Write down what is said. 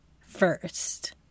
first